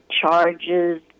charges